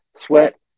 sweat